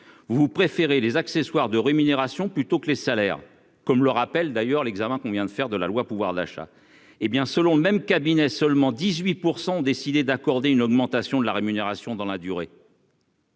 vous préférez les accessoires de rémunération plutôt que les salaires, comme le rappelle d'ailleurs l'examen qu'on vient de faire de la loi, pouvoir d'achat hé bien selon même cabinet seulement 18 % ont décidé d'accorder une augmentation de la rémunération dans la durée.